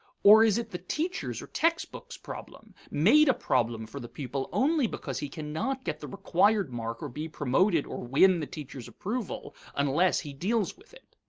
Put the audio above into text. or is it the teacher's or textbook's problem, made a problem for the pupil only because he cannot get the required mark or be promoted or win the teacher's approval, unless he deals with it?